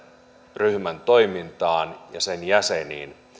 ryhmän toimintaan ja sen jäseniin